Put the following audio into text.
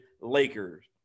Lakers